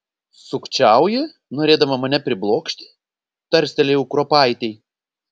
sukčiauji norėdama mane priblokšti tarstelėjau kruopaitei